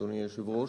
אדוני היושב-ראש,